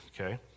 okay